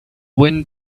wind